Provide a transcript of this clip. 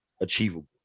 achievable